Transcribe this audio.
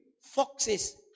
foxes